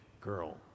girl